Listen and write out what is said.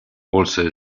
also